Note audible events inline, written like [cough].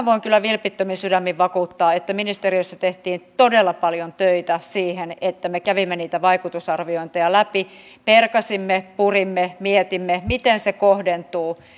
[unintelligible] voin kyllä vilpittömin sydämin vakuuttaa että ministeriössä tehtiin todella paljon töitä me kävimme niitä vaikutusarviointeja läpi perkasimme purimme mietimme miten se kohdentuu